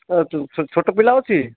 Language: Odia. କ'ଣ ଛୋଟ ପିଲା ଅଛି